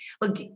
look